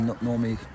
Normally